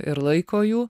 ir laiko jų